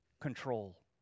control